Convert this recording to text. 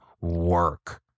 work